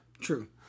True